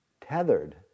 tethered